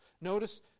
Notice